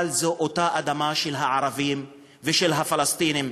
אבל זו אותה אדמה של הערבים ושל הפלסטינים.